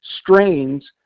strains